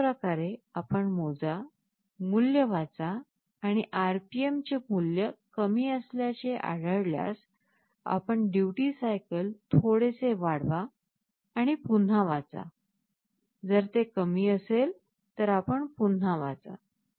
तर अशा प्रकारे आपण मोजा मूल्य वाचा आणि RPM चे मूल्य कमी असल्याचे आढळल्यास आपण ड्युटी सायकल थोडेसे वाढवा आणि पुन्हा वाचा जर ते कमी असेल तर आपण पुन्हा वाचा